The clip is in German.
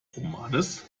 romanes